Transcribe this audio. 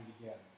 together